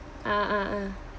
ah ah ah